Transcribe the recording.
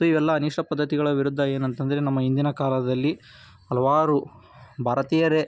so ಇವೆಲ್ಲ ಅನಿಷ್ಟ ಪದ್ಧತಿಗಳ ವಿರುದ್ಧ ಏನು ಅಂತ ಅಂದ್ರೆ ನಮ್ಮ ಹಿಂದಿನ ಕಾಲದಲ್ಲಿ ಹಲವಾರು ಭಾರತೀಯರೇ